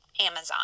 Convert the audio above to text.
Amazon